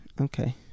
okay